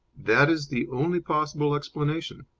that is the only possible explanation.